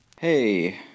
Hey